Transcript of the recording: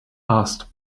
asked